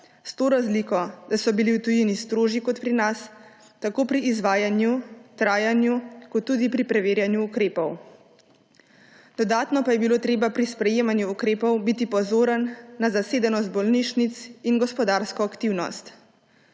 s to razliko, da so bili v tujini strožji kot pri nas tako pri izvajanju, trajanju kot tudi pri preverjanju ukrepov. Dodatno pa je bilo treba pri sprejemanju ukrepov biti pozoren na zasedenost bolnišnic in gospodarsko aktivnost.